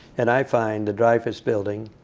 and i find the dreyfus building,